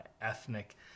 ethnic